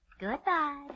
Goodbye